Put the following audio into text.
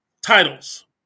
titles